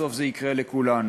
בסוף זה יקרה לכולנו,